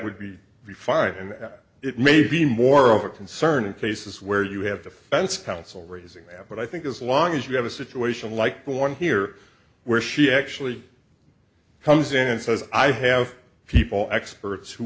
would be the five and it may be more of a concern in cases where you have the fence counsel raising them but i think as long as you have a situation like born here where she actually comes in and says i have people experts who